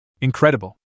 Incredible